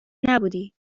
نبودی